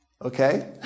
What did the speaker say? Okay